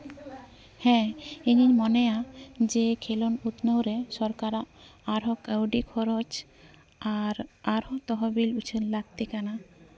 ᱦᱮᱸ ᱤᱧᱤᱧ ᱢᱚᱱᱮᱭᱟ ᱡᱮ ᱠᱷᱮᱞᱳᱰ ᱩᱛᱱᱟᱹᱣ ᱨᱮ ᱥᱚᱨᱠᱟᱨᱟᱜ ᱟᱨᱦᱚᱸ ᱠᱟᱹᱣᱰᱤ ᱠᱷᱚᱨᱚᱪ ᱟᱨ ᱟᱨᱦᱚᱸ ᱛᱚᱦᱚᱵᱤᱞ ᱩᱪᱷᱟᱹᱱ ᱞᱟᱹᱠᱛᱤ ᱠᱟᱱᱟ